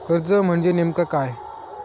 कर्ज म्हणजे नेमक्या काय?